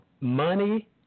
Money